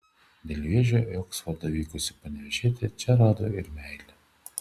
dėl vėžio į oksfordą vykusi panevėžietė čia rado ir meilę